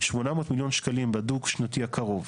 800 מיליון שקלים בדו-שנתי הקרוב,